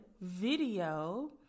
video